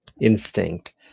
instinct